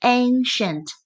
ancient